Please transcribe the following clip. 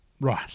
Right